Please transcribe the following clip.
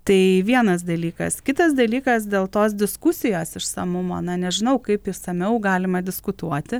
tai vienas dalykas kitas dalykas dėl tos diskusijos išsamumo na nežinau kaip išsamiau galima diskutuoti